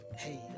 Hey